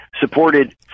supported